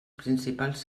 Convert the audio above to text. principals